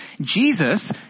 Jesus